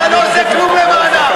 אתה לא עושה כלום למענם.